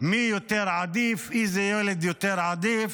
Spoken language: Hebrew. מי יותר עדיף, איזה ילד יותר עדיף.